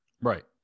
Right